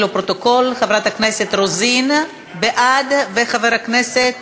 לפרוטוקול: חברת הכנסת רוזין בעד, וחבר הכנסת